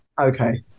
Okay